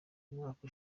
umwaka